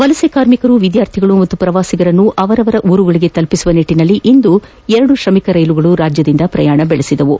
ವಲಸೆ ಕಾರ್ಮಿಕರು ವಿದ್ಯಾರ್ಥಿಗಳು ಹಾಗೂ ಪ್ರವಾಸಿಗರನ್ನು ಅವರವರ ಉರುಗಳಿಗೆ ತೆಲುಪಿಸುವ ನಿಟ್ಟಿನಲ್ಲಿ ಇಂದು ಎರಡು ಶ್ರಮಿಕ್ ರೈಲುಗಳು ರಾಜ್ಯದಿಂದ ಪ್ರಯಾಣ ಬೆಳೆಸಿವೆ